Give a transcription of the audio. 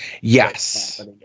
Yes